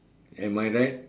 am I right